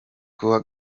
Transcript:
kuwa